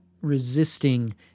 resisting